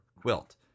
quilt